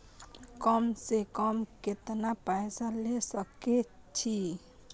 कम से कम केतना पैसा ले सके छी?